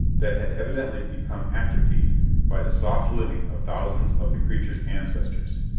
that had evidently become atrophied by the soft living of thousands of the creature's ancestors.